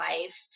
life